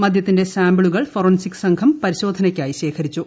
മദ്യത്തിന്റെ സാമ്പിളുകൾ ഫോറൻസിക് സംഘം പരിശോധനയ്ക്കായി ശേഖരിച്ചു